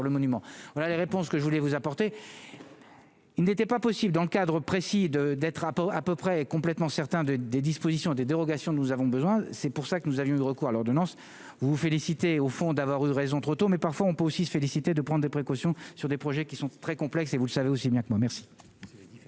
voilà la réponse que je voulais vous apporter, il n'était pas possible dans le cadre précis de d'être un peu à peu près complètement certain de des dispositions des dérogations, nous avons besoin, c'est pour ça que nous avions eu recours à l'ordonnance, vous vous féliciter au fond d'avoir eu raison trop tôt, mais parfois on peut aussi se féliciter de prendre des précautions sur des projets qui sont très complexes, et vous le savez aussi bien que moi merci.